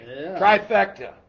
Trifecta